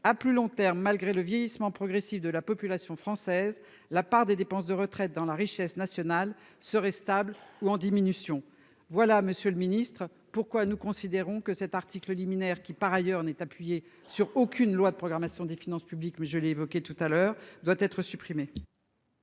à plus long terme malgré le vieillissement progressif de la population française. La part des dépenses de retraites dans la richesse nationale serait stable ou en diminution. Voilà. Monsieur le Ministre pourquoi nous considérons que cet article liminaire qui par ailleurs n'est appuyé sur aucune loi de programmation des finances publiques mais je l'ai évoqué tout à l'heure doit être supprimé.